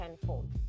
tenfold